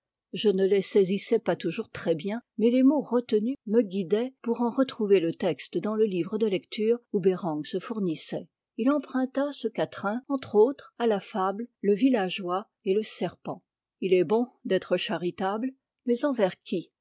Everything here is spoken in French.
je ne les saisissais pas toujours très bien mais les mots retenus me guidaient pour en retrouver le texte dans le livre de lecture où bereng se fournissait il emprunta ce quatrain entre autres à la fable le villageois et le serpent il est bon d'être charitable mais envers qui